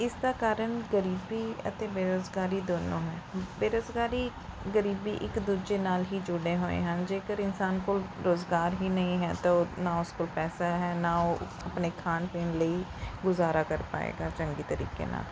ਇਸ ਦਾ ਕਾਰਨ ਗਰੀਬੀ ਅਤੇ ਬੇਰੁਜ਼ਗਾਰੀ ਦੋਨੋਂ ਹੈ ਬੇਰੁਜ਼ਗਾਰੀ ਗਰੀਬੀ ਇੱਕ ਦੂਜੇ ਨਾਲ ਹੀ ਜੁੜੇ ਹੋਏ ਹਨ ਜੇਕਰ ਇਨਸਾਨ ਕੋਲ ਰੁਜ਼ਗਾਰ ਹੀ ਨਹੀਂ ਹੈ ਅਤੇ ਨਾ ਉਸ ਕੋਲ ਪੈਸਾ ਹੈ ਨਾ ਉਹ ਆਪਣੇ ਖਾਣ ਪੀਣ ਲਈ ਗੁਜ਼ਾਰਾ ਕਰ ਪਾਏਗਾ ਚੰਗੇ ਤਰੀਕੇ ਨਾਲ